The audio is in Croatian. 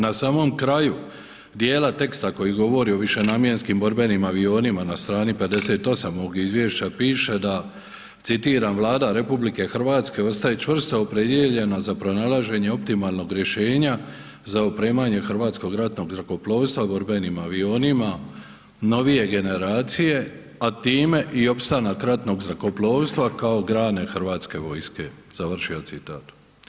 Na samom kraju dijela teksta koji govori o višenamjenskim borbenim avionima na strani 58. ovog izvješća piše da, citiram: „Vlada RH ostaje čvrsto opredijeljena za pronalažanje optimalnog rješenja za opremanje Hrvatskog ratnog zrakoplovstva borbenim avionima novije generacije a time i opstanak ratnog zrakoplovstva kao grane Hrvatske vojske.“, završio citat.